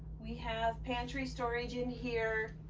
we have pantry storage in here,